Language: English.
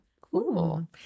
Cool